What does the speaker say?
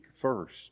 first